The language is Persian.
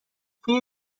توی